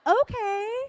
Okay